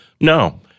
No